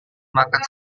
makan